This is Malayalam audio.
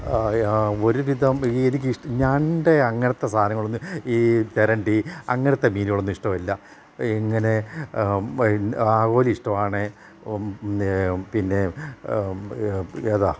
ഒരു വിധം എനിക്കിഷ്ടം ഞണ്ട് അങ്ങനത്തെ സാധനങ്ങളൊന്നും ഈ തെരണ്ടി അങ്ങനത്തെ മീനുകളൊന്നും ഇഷ്ടമല്ല ഇങ്ങനെ ആവോലി ഇഷ്ടമാണേ പിന്നെ